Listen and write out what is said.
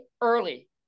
early